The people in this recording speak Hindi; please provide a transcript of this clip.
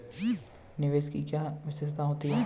निवेश की क्या विशेषता होती है?